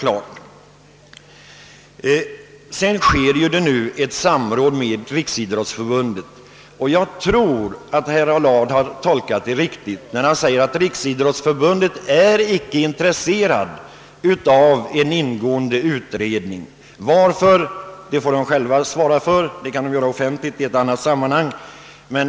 I dessa frågor sker det ju ett samråd med Riksidrottsförbundet, och jag tror att herr Allard har gett uttryck för en riktig uppfattning, när han säger att Riksidrottsförbundet inte är intresserat av en ingående utredning. Varför så är fallet får väl Riksidrottsförbundets representanter själva redogöra för — det kan de ju göra offentligt i annat sammanhang.